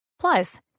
Plus